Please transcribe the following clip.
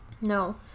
no